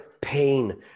pain